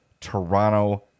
Toronto